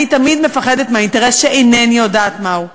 אני תמיד מפחדת מהאינטרס שאינני יודעת מהו.